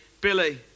Billy